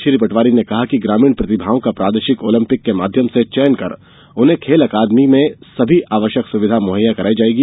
श्री पटवारी ने कहा कि ग्रामीण प्रतिभाओं का प्रादेशिक ओलभ्पिक के माध्यम से चयन कर उन्हें खेल अकादमी में सभी आवश्यक सुविधाएँ मुहैया कराई जायेंगी